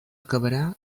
acabarà